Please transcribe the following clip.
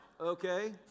Okay